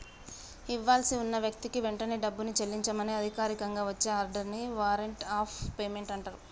ఇవ్వాల్సి ఉన్న వ్యక్తికి వెంటనే డబ్బుని చెల్లించమని అధికారికంగా వచ్చే ఆర్డర్ ని వారెంట్ ఆఫ్ పేమెంట్ అంటరు